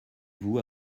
vous